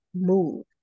move